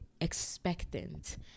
expectant